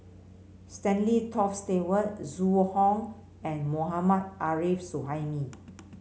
Stanley Toft Stewart Zhu Hong and Mohammad Arif Suhaimi